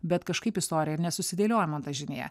bet kažkaip istorija ir nesusidėlioja montažinėje